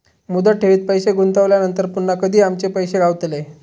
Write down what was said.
मुदत ठेवीत पैसे गुंतवल्यानंतर पुन्हा कधी आमचे पैसे गावतले?